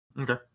Okay